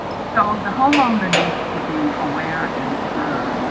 so the homeowner needs to be aware and observe,